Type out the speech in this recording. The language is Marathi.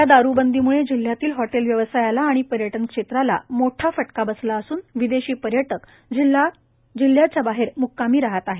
या दारूबंदीम्ळे जिल्ह्यातील हॉटेल व्यवसायाला आणि पर्यटन क्षेत्राला मोठा फटका बसला असून विदेशी पर्यटक जिल्ह्याबाहेर मुक्कामी राहत आहेत